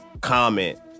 comment